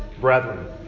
brethren